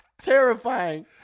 terrifying